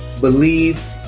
believe